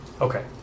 Okay